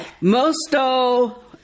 mosto